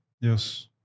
Yes